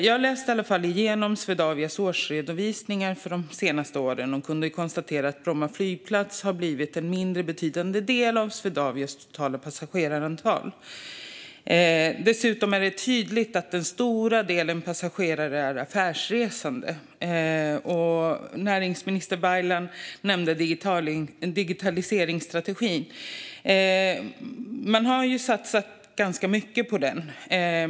Jag läste igenom Swedavias årsredovisningar för de senaste åren och kunde konstatera att Bromma flygplats har blivit en mindre betydande del av Swedavias totala passagerarantal. Dessutom är det tydligt att den stora delen passagerare är affärsresande. Näringsminister Baylan nämnde en digitaliseringsstrategi. Man har ju satsat ganska mycket på den.